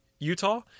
Utah